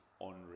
unreal